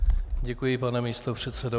Děkuji, pane místopředsedo.